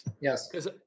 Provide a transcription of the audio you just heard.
Yes